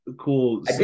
cool